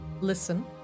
listen